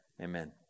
Amen